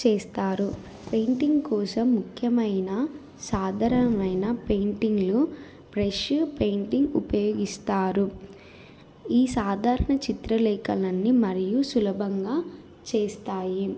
చేస్తారు పెయింటింగ్ కోసం ముఖ్యమైన సాధారణమైన పెయింటింగ్లు బ్రష్ పెయింటింగ్ ఉపయోగిస్తారు ఈ సాధారణ చిత్రలేఖనాన్నీ మరియు సులభంగా చేస్తాయి